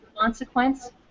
consequence